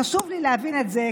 חשוב לי להבין את זה,